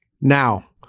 Now